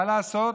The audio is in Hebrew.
מה לעשות?